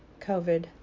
covid